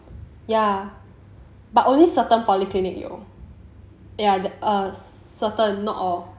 ya but only certain polyclinic 有 ya certain not all